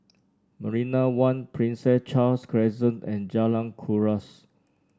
Marina One Prince Charles Crescent and Jalan Kuras